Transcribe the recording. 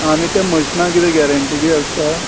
आनी ते मशीना कितें गेरेन्टी बी आसता